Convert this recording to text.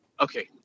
Okay